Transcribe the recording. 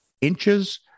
inches